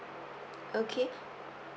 okay